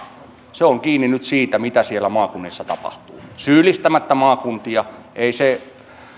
on kiinni nyt siitä mitä siellä maakunnissa tapahtuu syyllistämättä maakuntia